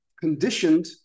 conditioned